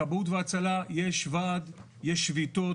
בכבאות והצלה יש ועד, יש שביתות,